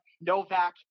Novak